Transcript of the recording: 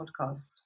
podcast